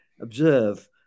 observe